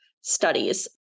Studies